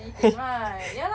（ppl)